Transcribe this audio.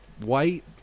white